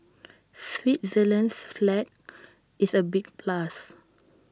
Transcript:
Switzerland's flag is A big plus